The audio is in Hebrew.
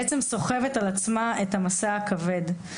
בעצם סוחבת על עצמה את המשא הכבד.